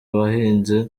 abahinzi